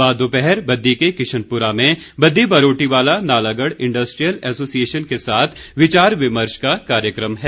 बाद दोपहर बद्दी के किश्नपुरा में बद्दी बरोटीवाला नालागढ़ इण्डस्ट्रियल एसोसिएशन के साथ विचार विमर्श का कार्यक्रम है